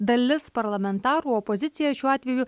dalis parlamentarų opozicija šiuo atveju